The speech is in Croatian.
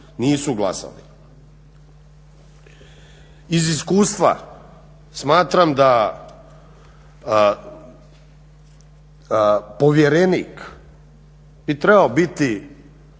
nisu glasali. Iz iskustva smatram da povjerenik bi trebao biti